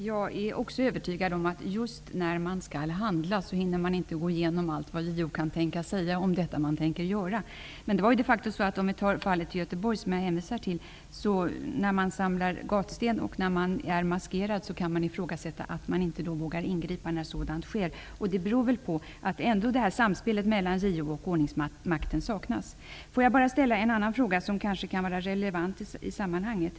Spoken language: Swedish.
Fru talman! Också jag är övertygad om att när man skall till att handla, hinner man inte gå igenom vad JO kan tänkas säga om det som man tänker göra. När man som i Göteborg -- vilket är det fall som jag hänvisar till -- samlar gatsten och maskerar sig kan det ifrågasättas varför inte Polisen inte vågar ingripa. Det beror kanske på att samspelet mellan JO och ordningsmakten saknas. Jag vill ställa en annan fråga som kanske kan vara relevant i sammanhanget.